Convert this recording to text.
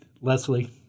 Leslie